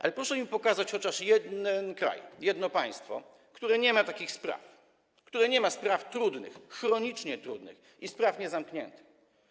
Ale proszę mi pokazać chociaż jeden kraj, jedno państwo, które nie ma takich spraw, które nie ma spraw trudnych, chronicznie trudnych i spraw niezamkniętych.